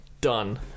done